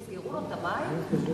יסגרו לו את המים?